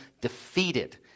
defeated